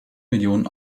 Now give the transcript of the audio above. millionen